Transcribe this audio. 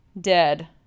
dead